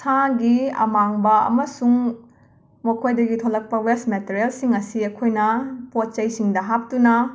ꯁꯥꯒꯤ ꯑꯥꯃꯥꯡꯕ ꯑꯃꯁꯨꯡ ꯃꯈꯣꯏꯗꯒꯤ ꯊꯣꯂꯛꯄ ꯋꯦꯁ ꯃꯇꯔꯦꯜꯁꯤꯡ ꯑꯁꯤ ꯑꯈꯣꯏꯅ ꯄꯣꯠ ꯆꯩꯁꯤꯡꯗ ꯍꯥꯞꯇꯨꯅ